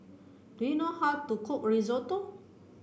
do you know how to cook Risotto